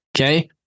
Okay